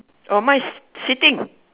orh mine is sitting